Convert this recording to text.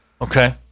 Okay